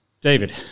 David